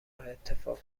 اتفاق